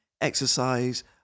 exercise